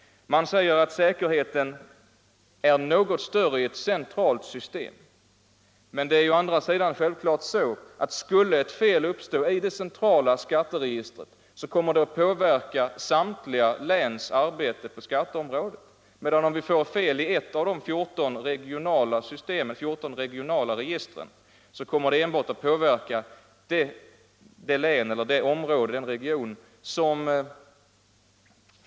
Säkerheten anses vara något större i ett centralt system, men det är å andra sidan självklart att skulle ett fel uppstå i det centrala skatteregistret så kommer det att påverka samtliga läns arbete på skatteområdet; ett fel i något av de 14 regionala registren kommer enbart att påverka arbetet i den regionen.